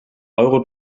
euro